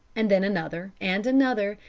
and then another and another,